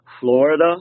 Florida